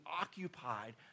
occupied